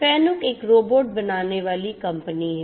FANUC एक robot बनाने वाली कंपनी है